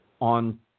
on